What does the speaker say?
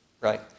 right